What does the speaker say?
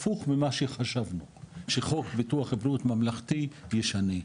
הפוך ממה שחשבנו שחוק ביטוח בריאות ממלכתי יעשה.